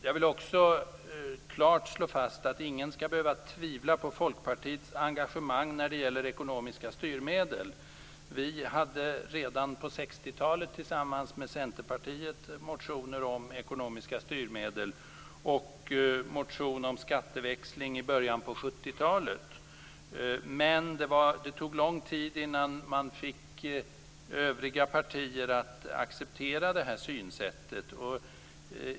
Jag vill också klart slå fast att ingen skall behöva tvivla på Folkpartiets engagemang när det gäller ekonomiska styrmedel. Vi hade redan på 60-talet tillsammans med Centerpartiet motioner om ekonomiska styrmedel och en motion om skatteväxling i början på 70-talet. Men det tog lång tid innan vi fick övriga partier att acceptera detta synsätt.